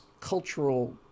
cultural